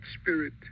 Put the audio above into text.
spirit